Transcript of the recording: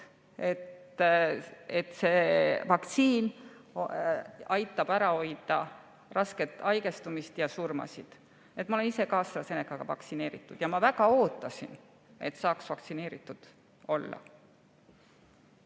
et see vaktsiin aitab ära hoida rasket haigestumist ja surmasid. Ma olen ise ka AstraZenecaga vaktsineeritud ja ma väga ootasin, et saaks vaktsineeritud olla.